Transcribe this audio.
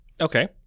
Okay